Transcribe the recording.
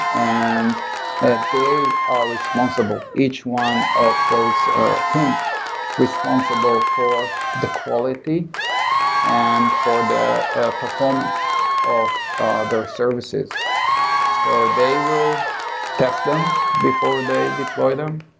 and and they are responsible. each one of those team is responsible for the quality and for the ah performance of their services so they will test them before they deploy them.